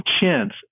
chance